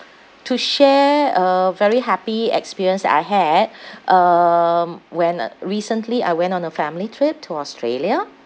to share a very happy experience that I had um when uh recently I went on a family trip to australia